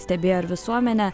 stebėjo ir visuomenė